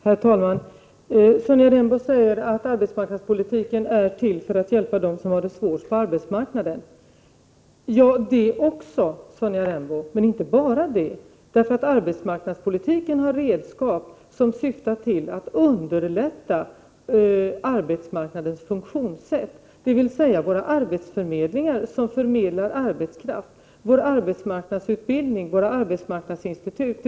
Herr talman! Sonja Rembo säger att arbetsmarknadspolitiken är till för att hjälpa dem som har det svårt på arbetsmarknaden. Ja, det också, Sonja Rembo, men inte bara det. Arbetsmarknadspolitiken har redskap som syftar till att underlätta arbetsmarknadens funktionssätt, dvs. våra arbetsförmedlingar, som förmedlar arbetskraft, vår arbetsmarknadsutbildning, våra arbetsmarknadsinstitut.